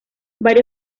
varios